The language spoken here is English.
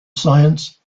science